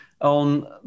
on